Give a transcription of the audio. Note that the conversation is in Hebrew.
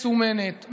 מסומנת,